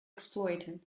exploited